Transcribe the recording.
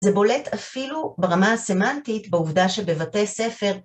זה בולט אפילו ברמה הסמנטית בעובדה שבבתי ספר